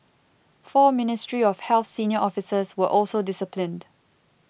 four Ministry of Health senior officers were also disciplined